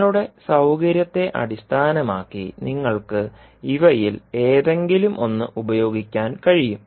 നിങ്ങളുടെ സൌകര്യത്തെ അടിസ്ഥാനമാക്കി നിങ്ങൾക്ക് ഇവയിൽ ഏതെങ്കിലും ഒന്ന് ഉപയോഗിക്കാൻ കഴിയും